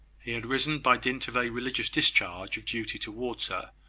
he had risen, by dint of a religious discharge of duty towards her,